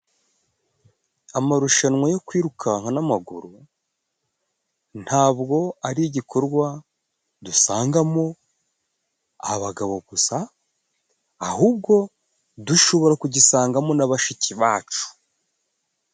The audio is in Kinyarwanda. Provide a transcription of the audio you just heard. Amarushanwa go kwirukanka n'amaguru, ntabwo ari igikorwa dusangamo abagabo gusa, ahubwo dushobora kugisangamo na bashiki bacu.